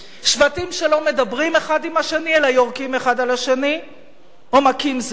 שבטים שלא מדברים אחד עם השני אלא יורקים אחד על השני או מכים זה את זה.